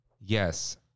Yes